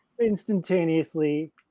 instantaneously